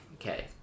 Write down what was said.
okay